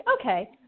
okay